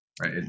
right